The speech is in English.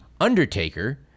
undertaker